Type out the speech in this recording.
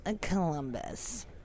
Columbus